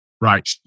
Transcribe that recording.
Right